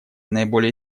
наиболее